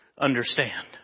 understand